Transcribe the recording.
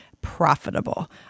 profitable